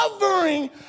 covering